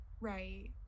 right